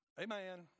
Amen